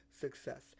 success